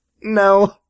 no